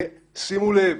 שימו לב,